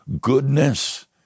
Goodness